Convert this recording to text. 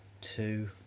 two